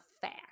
fact